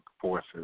forces